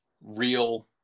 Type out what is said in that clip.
real